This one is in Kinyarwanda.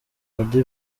oda